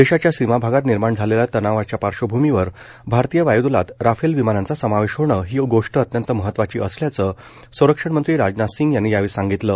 देशाच्या सीमाभागात निर्माण झालेल्या तणावाच्या पार्श्वभूमीवर भारतीय वायूदलात राफेल विमानांचा समावेश होणं ही गोष्ट अत्यंत महत्वाची असल्याचं संरक्षण मंत्री राजनाथ सिंग यांनी यावेळी सांगितलं